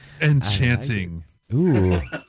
Enchanting